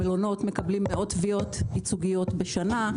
המלונות מקבלים מאות תביעות ייצוגיות בשנה.